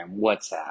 WhatsApp